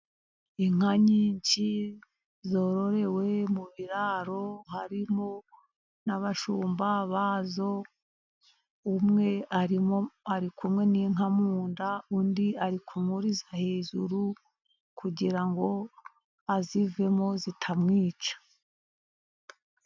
Inka nyinshi zororewe mu biraro harimo n'abashumba bazo, umwe arimo ari kumwe n'inka mu nda, undi ari kumwuriza hejuru, kugira ngo azivemo zitamwica.